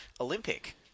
Olympic